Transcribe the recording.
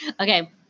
Okay